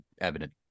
evident